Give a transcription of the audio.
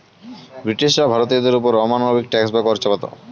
ব্রিটিশরা ভারতীয়দের ওপর অমানবিক ট্যাক্স বা কর চাপাতো